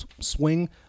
swing